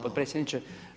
potpredsjedniče.